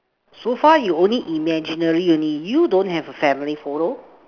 so far you only imaginary only you don't have a family photo